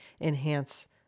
enhance